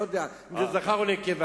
לא יודע אם זה זכר או נקבה,